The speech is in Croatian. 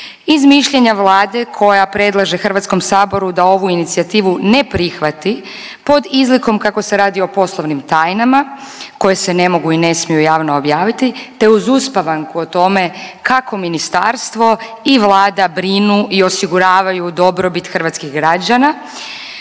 Iz mišljenja Vlade koja predlaže Hrvatskom saboru da ovu inicijativu ne prihvati pod izlikom kako se radi o poslovnim tajnama koje se ne mogu i ne smiju javno objaviti te uz uspavanku o tome kako ministarstvo i Vlada brinu i osiguravaju u dobrobit hrvatskih građana